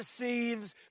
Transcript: receives